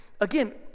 again